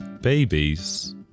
Babies